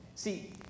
See